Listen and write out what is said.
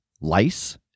Lice